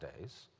days